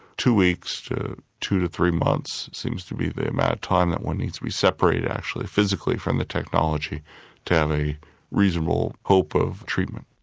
two weeks to two to three months seems to be the amount of time that one needs to be separated actually physically from the technology to have a reasonable hope of treatment.